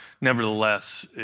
nevertheless